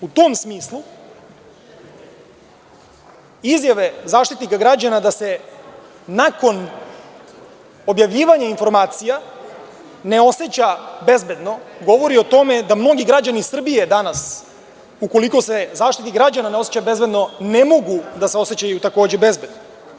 U tom smislu, izjave Zaštitnika građana da se nakon objavljivanja informacija ne oseća bezbedno govore o tome da mnogi građani Srbije danas, ukoliko se Zaštitnik građana ne oseća bezbedno, takođe, ne mogu da se osećaju bezbedno.